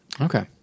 Okay